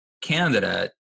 candidate